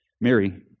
Mary